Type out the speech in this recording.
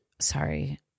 sorry